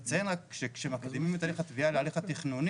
אני אציין רק שכשמקדימים את הליך התביעה להליך התכנוני,